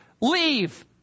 leave